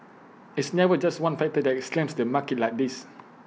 it's never just one factor that slams the market like this